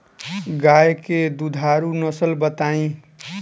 गाय के दुधारू नसल बताई?